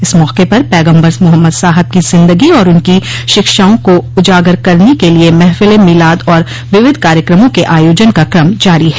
इस मौके पर पैगम्बर मोहम्मद साहब की ज़िन्दगी और उनकी शिक्षाओं को उजागर करने के लिए महफिल ए मोलाद और विविध कार्यक्रमों के आयोजन का क्रम जारी है